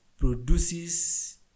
produces